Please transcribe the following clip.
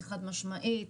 היא חד-משמעית,